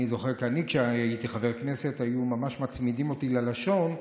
אני זוכר שכשהייתי חבר כנסת היו ממש מצמידים אותי ללשון.